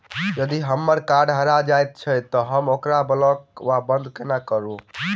यदि हम्मर कार्ड हरा जाइत तऽ हम ओकरा ब्लॉक वा बंद कोना करेबै?